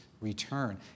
return